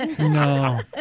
no